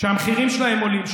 שהמחירים שלהם עולים,